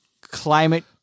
Climate